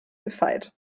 gefeit